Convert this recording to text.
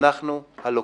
אנחנו הלוקחים.